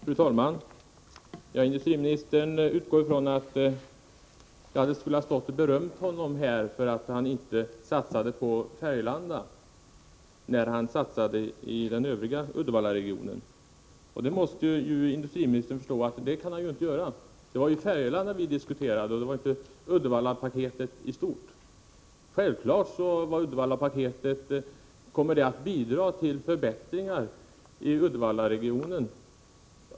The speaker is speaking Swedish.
Fru talman! Industriministern anser att jag skulle ha haft som utgångspunkt att stå här och berömma honom för att han inte satsade på Färgelanda, när han satsade i Uddevallaregionen i övrigt. Men industriministern måste ju förstå att det inte går att inta en sådan ståndpunkt! Det är ju Färgelanda vi diskuterar och inte Uddevallapaketet i stort. Självfallet kommer Uddevallapaketet att bidra till förbättringar i Uddevallaregionen.